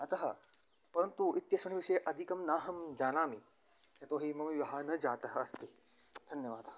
अतः परन्तु इत्यस्मिन् विषये अधिकं नाहं जानामि यतोहि मम विवाहः न जातः अस्ति धन्यवादः